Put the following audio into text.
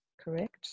Correct